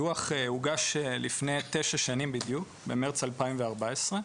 הדוח הוגש לפני תשע שנים בדיוק, במרץ 2014,